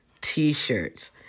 T-shirts